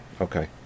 Okay